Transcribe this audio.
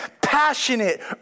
passionate